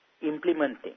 implementing